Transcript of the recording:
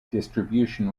distribution